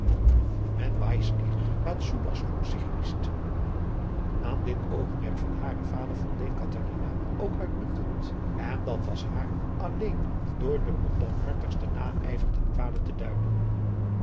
men weist nicht wazu das nutzig is aan dit oogmerk van haren vader voldeed catharina ook uitmuntend en dat was haar alleen door den onbarmhartigsten naijver ten kwade te duiden